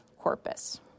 corpus